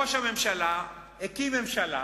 ראש הממשלה הקים ממשלה,